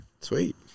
Sweet